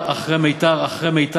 אדוני.